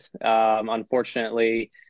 Unfortunately